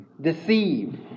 deceive